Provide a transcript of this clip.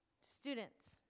Students